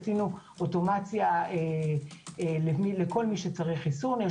עשינו אוטומציה לכל מי שצריך חיסון יש